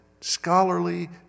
scholarly